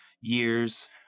years